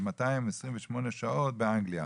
ו-228 שעות באנגליה.